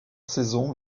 saison